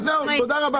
אז זהו, תודה רבה.